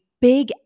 big